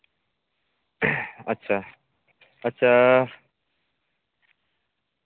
ᱟᱪᱪᱷᱟ ᱟᱪᱪᱷᱟᱻ